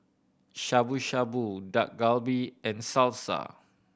Shabu Shabu Dak Galbi and Salsa